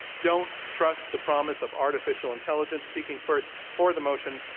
don't trust the promise of artificial intelligence. speaking first for the motion